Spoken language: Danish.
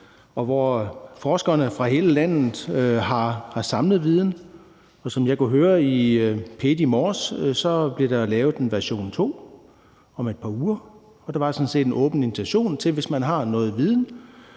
hvor forskere fra hele landet har samlet viden, og som jeg kunne høre i P1 i morges, bliver der lavet en version to om et par uger. Der var sådan set en åben invitation til, at hvis man har noget viden,